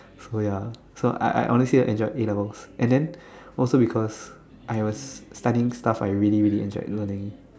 so ya so I I honestly enjoyed a-levels and then also because I was studying stuff I really really enjoyed learning